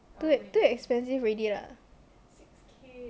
too ex too expensive already lah